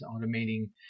automating